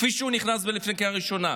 כפי שהוא נכנס לפני קריאה ראשונה.